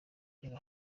reba